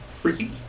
freaky